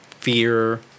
fear